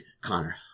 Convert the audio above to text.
Connor